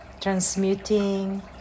transmuting